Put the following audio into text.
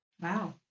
Wow